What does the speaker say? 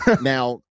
Now